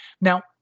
now